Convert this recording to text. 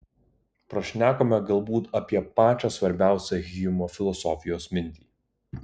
prašnekome galbūt apie pačią svarbiausią hjumo filosofijos mintį